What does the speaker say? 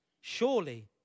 surely